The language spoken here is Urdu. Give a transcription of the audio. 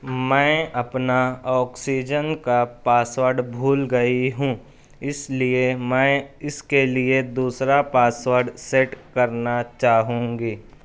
میں اپنا آکسیجن کا پاس ورڈ بھول گئی ہوں اس لیے میں اس کے لیے دوسرا پاس ورڈ سیٹ کرنا چاہوں گی